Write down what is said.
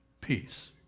peace